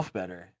better